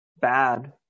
bad